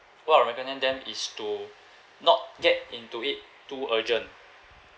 what I'll recommend them is to not get into it too urgent